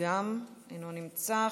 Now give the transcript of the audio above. אינו נמצא,